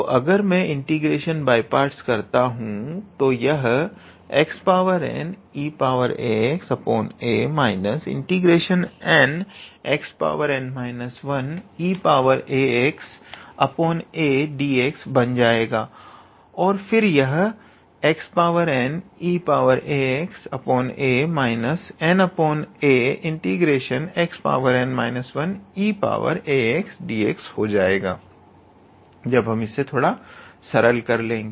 तो अगर मैं इंटीग्रेशन बाय पार्ट्स करता हूँ तो यह xneaxa ∫nxn 1 eaxa dx बन जाएगा और फिर यह xneaxa na∫xn 1eax dx हो जाएगा